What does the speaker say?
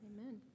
Amen